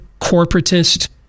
corporatist